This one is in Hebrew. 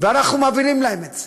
ואנחנו מעבירים להם את זה